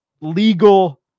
legal